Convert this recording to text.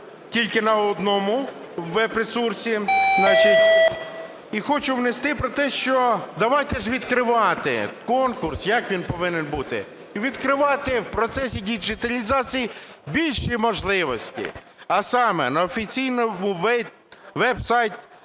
тільки на одному веб-ресурсі. І хочу внести про те, що давайте ж відкривати конкурс, як він повинен бути. І відкривати в процесі діджиталізації більші можливості. А саме: на офіційному веб-сайті